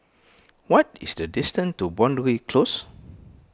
what is the distance to Boundary Close